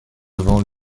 vent